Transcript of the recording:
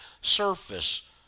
surface